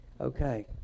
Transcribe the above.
Okay